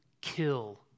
kill